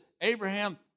Abraham